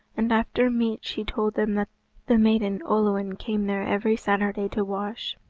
and after meat she told them that the maiden olwen came there every saturday to wash.